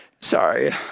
sorry